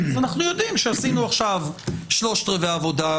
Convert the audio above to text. אנחנו יודעים שעשינו עכשיו שלושת רבעי עבודה,